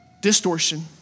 Distortion